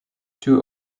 two